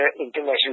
international